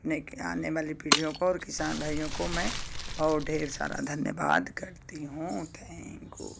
नहीं तो आने वाले पीढ़ियों को और किसान भाइयों को मैं बहुत ढेर सारा धन्यवाद करती हूँ थैंकू